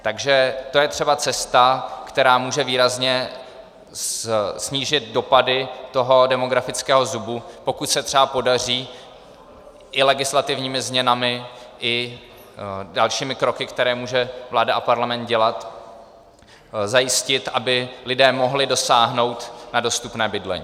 Takže to je třeba cesta, která může výrazně snížit dopady toho demografického zubu, pokud se třeba podaří legislativními změnami i dalšími kroky, které může vláda a Parlament dělat, zajistit, aby lidé mohli dosáhnout na dostupné bydlení.